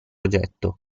oggetto